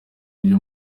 ryo